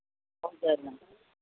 चलो